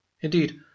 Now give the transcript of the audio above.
Indeed